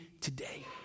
today